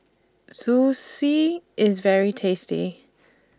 Zosui IS very tasty